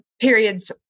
periods